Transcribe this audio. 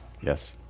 Yes